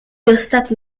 dostat